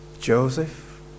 Joseph